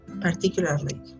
particularly